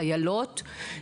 חיילות,